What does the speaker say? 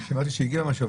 שמעתי שהגיע משהו,